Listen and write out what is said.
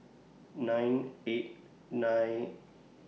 nine eight nine